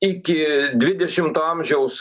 iki dvidešimto amžiaus